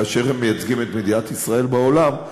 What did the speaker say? כאשר הם מייצגים את מדינת ישראל בעולם,